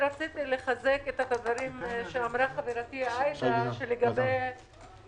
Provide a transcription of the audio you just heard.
רציתי לחזק את הדברים שאמרה חברתי עאידה, שלגבי